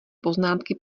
poznámky